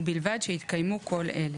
ובלבד שהתקיימו כל אלה: